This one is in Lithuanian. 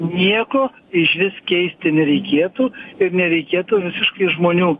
nieko išvis keisti nereikėtų ir nereikėtų visiškai žmonių